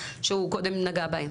שהוא קודם נגע בהן?